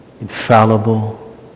infallible